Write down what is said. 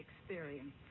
experience